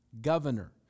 governor